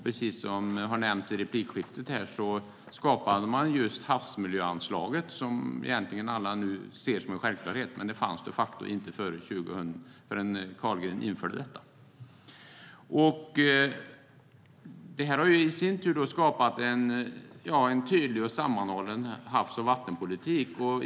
Precis som har nämnts i replikskiftet skapades havsmiljöanslaget, som alla nu ser som en självklarhet, men det fanns de facto inte förrän Carlgren införde det. Anslaget har i sin tur skapat en tydlig och sammanhållen havs och vattenpolitik.